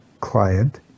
client